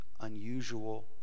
unusual